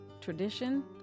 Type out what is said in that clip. tradition